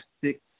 six